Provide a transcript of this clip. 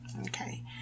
okay